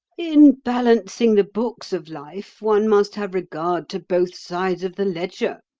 in balancing the books of life one must have regard to both sides of the ledger,